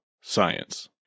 science